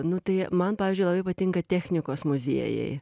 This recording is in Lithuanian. nu tai man pavyzdžiui labai patinka technikos muziejai